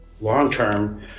Long-term